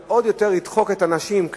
זה עוד יותר ידחק את הנשים,